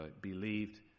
believed